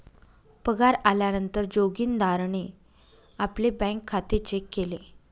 पगार आल्या नंतर जोगीन्दारणे आपले बँक खाते चेक केले